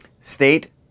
state